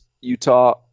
Utah